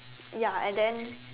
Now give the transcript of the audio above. ya and then